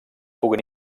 puguin